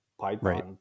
Python